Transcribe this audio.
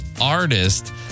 artist